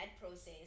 process